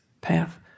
path